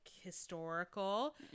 historical